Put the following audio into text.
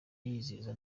yizeza